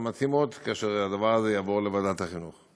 המתאימות כאשר הדבר יועבר לוועדת החינוך.